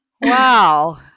Wow